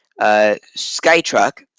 Skytruck